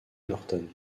norton